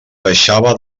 baixava